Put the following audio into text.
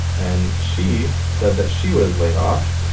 and she said that she was laid off.